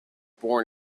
born